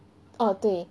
um 对